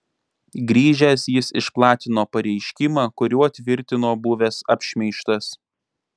grįžęs jis išplatino pareiškimą kuriuo tvirtino buvęs apšmeižtas